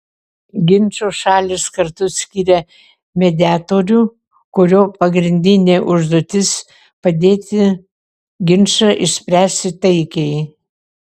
ginčo šalys kartu skiria mediatorių kurio pagrindinė užduotis padėti ginčą išspręsti taikiai